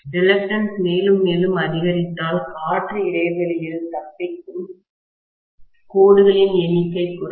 reluctance மேலும் மேலும் அதிகரித்தால் காற்று இடைவெளியில் தப்பிக்கும் கோடுகளின் எண்ணிக்கை குறையும்